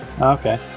Okay